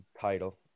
title